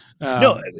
No